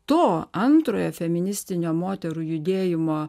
to antrojo feministinio moterų judėjimo